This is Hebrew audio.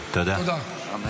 טוב, תודה.